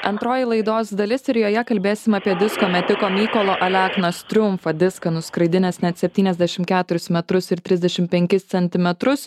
antroji laidos dalis ir joje kalbėsim apie disko metiko mykolo aleknos triumfą diską nuskraidinęs net septyniasdešim keturis metrus ir trisdešim penkis centimetrus